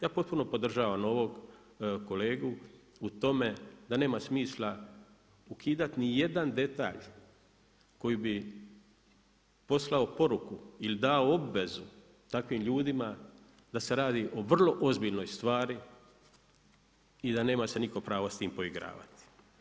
Ja potpuno podržavam ovog kolegu u tome, da nema smisla ukidati niti jedan detalj, koji bi poslao poruku ili dao obvezu takvim ljudima, da se radi o vrlo ozbiljnoj stvari i da nema se nitko pravo s tim se poigravati.